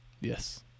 Yes